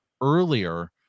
earlier